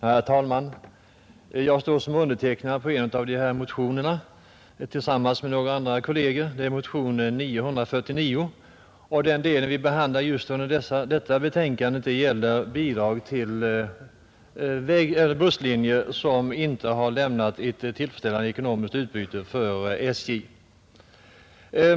Herr talman! Jag står tillsammans med några kolleger som undertecknare av en av motionerna under denna punkt. Det gäller motionen 949 i den del som behandlas i detta betänkande och som avser bidrag till busslinjer vilka inte har lämnat ett tillfredsställande ekonomiskt utbyte för SJ.